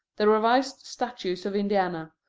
the revised statutes of indiana,